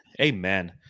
Amen